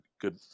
Good